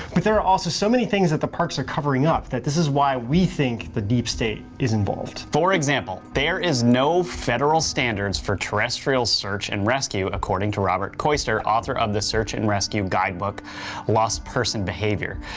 but there are also so many things that the parks are also covering up that this is why we think the deep state is involved. for example there is no federal standards for terrestrial search and rescue according to robert koester, author of the search and rescue guidebook lost person behavior.